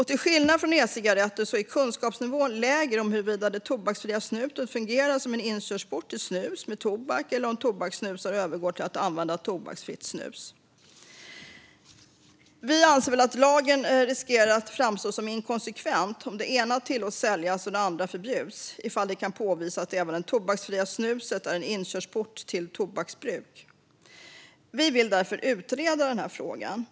Till skillnad från när det gäller e-cigaretter är kunskapsnivån lägre om huruvida det tobaksfria snuset fungerar som en inkörsport till snus med tobak eller om tobakssnusare övergår till att använda tobaksfritt snus. Vi menar att lagen riskerar att framstå som inkonsekvent om det ena tillåts säljas och det andra förbjuds, om det kan påvisas att även det tobaksfria snuset är en inkörsport till tobaksbruk. Vi i Vänsterpartiet vill därför utreda frågan.